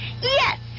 Yes